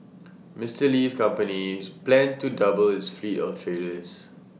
Mister Li's companies plans to double its fleet of trailers